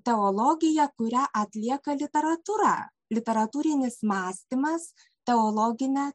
teologija kurią atlieka literatūra literatūrinis mąstymas teologine